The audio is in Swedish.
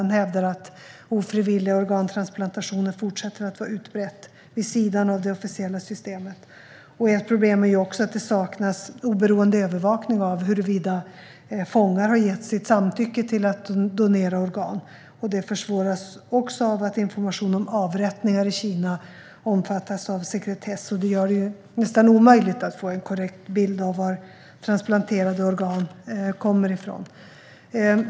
Matas hävdar att ofrivilliga organtransplantationer fortsätter att vara utbredda vid sidan av det officiella systemet. Ett annat problem är att det saknas oberoende övervakning av huruvida fångar har gett sitt samtycke till att donera organ. Detta försvåras också av att information om avrättningar i Kina omfattas av sekretess, vilket gör det nästan omöjligt att få en korrekt bild av varifrån transplanterade organ kommer.